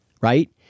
right